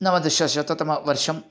नवदशशततमवर्षं